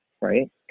right